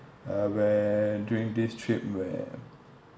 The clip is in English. uh where during this trip where